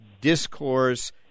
discourse